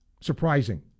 surprising